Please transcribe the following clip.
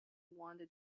wanted